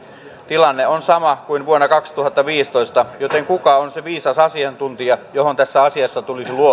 tilanne on sama kuin vuonna kaksituhattaviisitoista joten kuka on se viisas asiantuntija johon tässä asiassa tulisi luottaa